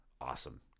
awesome